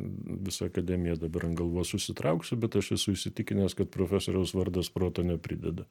visa akademija dabar ant galvos užsitrauksiu bet aš esu įsitikinęs kad profesoriaus vardas proto neprideda